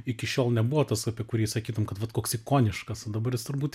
iki šiol nebuvo tas apie kurį sakytum kad vat koks ikoniškas o dabar jis turbūt